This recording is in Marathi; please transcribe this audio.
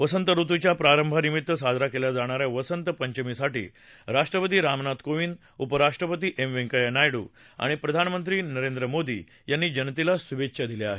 वसंत ऋतुच्या प्रारंभानिमित्त साजरा केल्या जाणा या वसंत पंचमीसाठी राष्ट्रपती रामनाथ कोविंद उपराष्ट्रपती एम व्यंकय्या नायडू आणि प्रधानमंत्री नरेंद्र मोदी यांनी जनतेला शुभेच्छा दिल्या आहेत